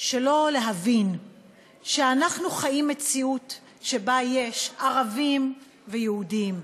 שלא להבין שאנחנו חיים מציאות שיש בה ערבים ויהודים,